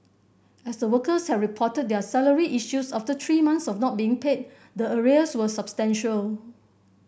as the workers had reported their salary issues after three months of not being paid the arrears were substantial